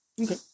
Okay